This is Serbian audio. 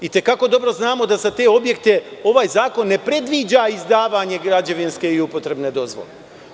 I te kako dobro znamo da za te objekte ovaj zakon ne predviđa izdavanje građevinske i upotrebne dozvole.